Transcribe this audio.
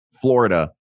Florida